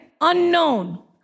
unknown